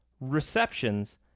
receptions